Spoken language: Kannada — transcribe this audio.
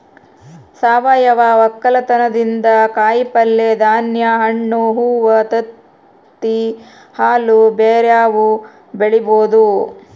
ಸಾವಯವ ವಕ್ಕಲತನದಿಂದ ಕಾಯಿಪಲ್ಯೆ, ಧಾನ್ಯ, ಹಣ್ಣು, ಹೂವ್ವ, ತತ್ತಿ, ಹಾಲು ಬ್ಯೆರೆವು ಬೆಳಿಬೊದು